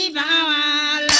da